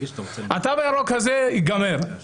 התו הירוק הזה ייגרר,